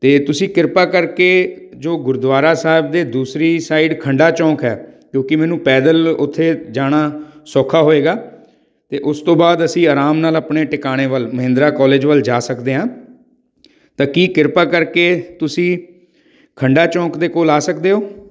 ਤਾਂ ਤੁਸੀਂ ਕਿਰਪਾ ਕਰਕੇ ਜੋ ਗੁਰਦੁਆਰਾ ਸਾਹਿਬ ਦੇ ਦੂਸਰੀ ਸਾਈਡ ਖੰਡਾ ਚੌਂਕ ਹੈ ਕਿਉਂਕਿ ਮੈਨੂੰ ਪੈਦਲ ਉੱਥੇ ਜਾਣਾ ਸੌਖਾ ਹੋਵੇਗਾ ਅਤੇ ਉਸ ਤੋਂ ਬਾਅਦ ਅਸੀਂ ਆਰਾਮ ਨਾਲ ਆਪਣੇ ਟਿਕਾਣੇ ਵੱਲ ਮਹਿੰਦਰਾ ਕਾਲਜ ਵੱਲ ਜਾ ਸਕਦੇ ਹਾਂ ਤਾਂ ਕੀ ਕਿਰਪਾ ਕਰਕੇ ਤੁਸੀਂ ਖੰਡਾ ਚੌਂਕ ਦੇ ਕੋਲ ਆ ਸਕਦੇ ਹੋ